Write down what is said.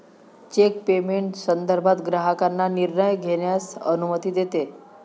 check payment संदर्भात ग्राहकांना निर्णय घेण्यास अनुमती देते